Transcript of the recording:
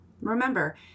Remember